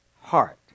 heart